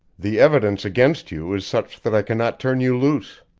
the evidence against you is such that i cannot turn you loose.